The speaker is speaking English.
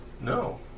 No